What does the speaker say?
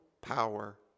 power